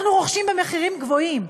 אנחנו רוכשים במחירים גבוהים.